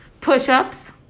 Push-ups